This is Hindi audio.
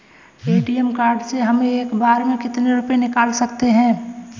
ए.टी.एम कार्ड से हम एक बार में कितने रुपये निकाल सकते हैं?